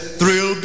thrill